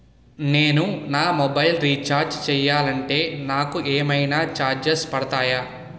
నేను నా mobile recharge చేయాలంటే నాకు ఏమైనా చార్జెస్ పడతాయా?